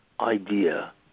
idea